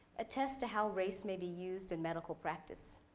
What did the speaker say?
attest to how race may be used in medical practice.